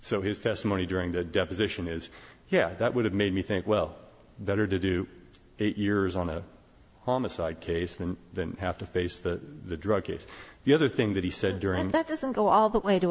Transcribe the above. so his testimony during the deposition is yeah that would have made me think well better to do eight years on a homicide case than have to face the drug case the other thing that he said during that doesn't go all the way to